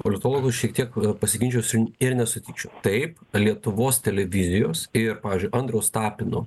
politologu šiek tiek pasiginčysiu ir nesutikčiau taip lietuvos televizijos ir pavyzdžiui andriaus tapino